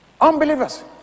unbelievers